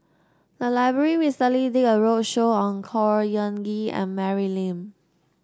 the library recently did a roadshow on Khor Ean Ghee and Mary Lim